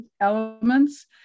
elements